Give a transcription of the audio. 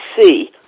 see